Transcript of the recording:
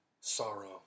sorrow